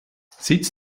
sitz